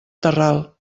terral